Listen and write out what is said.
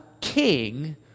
king